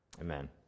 Amen